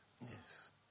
Yes